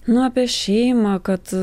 nu apie šeimą kad